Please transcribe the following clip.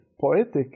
poetic